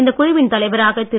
இந்த குழுவின் தலைவராக திரு